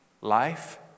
Life